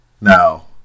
now